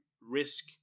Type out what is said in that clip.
risk